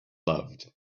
loved